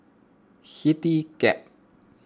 CityCab